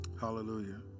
Hallelujah